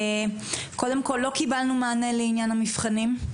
קודם כל, לא קיבלנו מענה לעניין המבחנים.